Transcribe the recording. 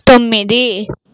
తొమ్మిది